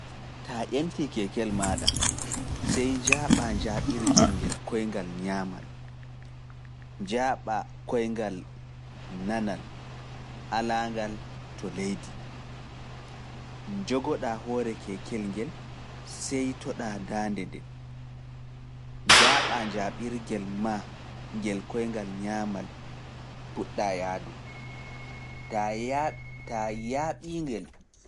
Taa ƴenti keekel maaɗa, sey njaaɓaa njaaɓirgel ngel koyngal ñaamal, njaaɓaa koyngal nanal alaangal to leydi, njogoɗaa hoore keekel ngel, seytoɗaa daande nden, njaaɓaa njaaɓirgel maa ngel koyngal ñaamal, puɗɗaa yaadu, taa yaaɓi ngel.